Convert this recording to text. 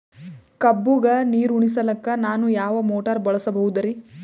ಕಬ್ಬುಗ ನೀರುಣಿಸಲಕ ನಾನು ಯಾವ ಮೋಟಾರ್ ಬಳಸಬಹುದರಿ?